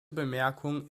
bemerkung